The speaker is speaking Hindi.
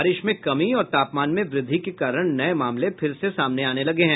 बारिश में कमी और तापमान में वृद्धि के कारण नये मामले फिर से सामने आने लगे हैं